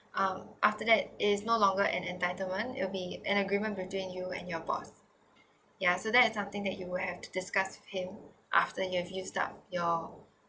um after that it is no longer an entitlement it'll be an agreement between you and your boss ya so that's something that you will have to discuss with him after you've used up your